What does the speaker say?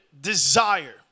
desire